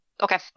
Okay